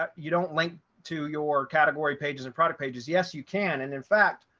um you don't link to your category pages and product pages. yes, you can and in fact,